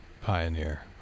pioneer